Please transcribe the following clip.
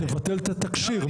אז תבטל את התקשי"ר.